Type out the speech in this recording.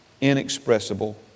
inexpressible